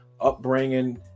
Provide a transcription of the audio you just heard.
upbringing